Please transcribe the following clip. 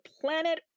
planet